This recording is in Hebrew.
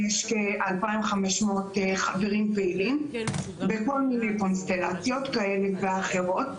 יש כ-2,500 חברים פעילים בכל מיני קונסטלציות כאלה ואחרות,